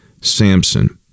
samson